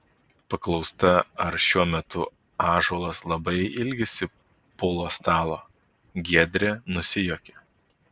paklausta ar šiuo metu ąžuolas labai ilgisi pulo stalo giedrė nusijuokė